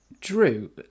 Drew